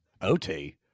OT